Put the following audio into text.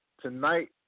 Tonight